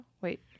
Wait